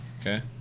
Okay